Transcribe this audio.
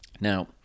Now